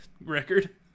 record